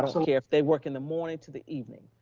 don't so care if they work in the morning to the evening,